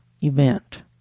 event